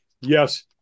yes